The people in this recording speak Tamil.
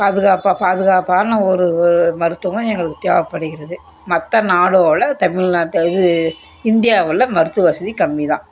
பாதுகாப்பா பாதுகாப்பான ஒரு ஒரு மருத்துவம் எங்களுக்கு தேவைப்படுகிறது மற்ற நாடோடு தமிழ்நாட்டை இது இந்தியாவில் மருத்துவ வசதி கம்மி தான்